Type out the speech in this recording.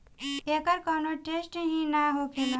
एकर कौनो टेसट ही ना होखेला